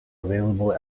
available